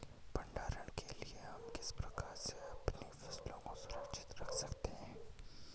भंडारण के लिए हम किस प्रकार से अपनी फसलों को सुरक्षित रख सकते हैं?